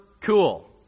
cool